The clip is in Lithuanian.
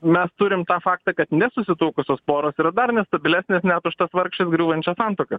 mes turim tą faktą kad nesusituokusios poros yra dar nestabilesnės net už tas vargšias griūvančias santuokas